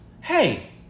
hey